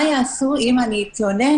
מה יעשו אם אני אתלונן?